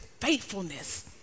faithfulness